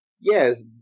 yes